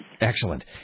excellent